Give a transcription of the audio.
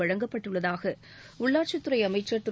வழங்கப்பட்டுள்ளதாக உள்ளாட்சித்துறை அமைச்சர் திரு